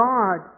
God